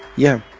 yeah,